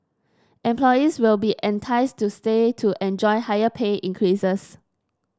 employees will be enticed to stay to enjoy higher pay increases